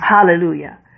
Hallelujah